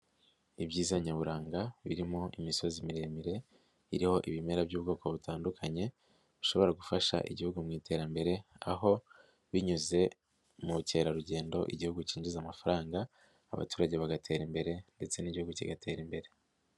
Ibyiza nyaburanga birimo imisozi miremire iriho ibimera by'ubwoko butandukanye bushobora gufasha igihugu mu iterambere aho binyuze mu bukerarugendo igihugu cyinjiza amafaranga abaturage bagatera imbere ndetse n'igihugu kigatera imbere.